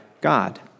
God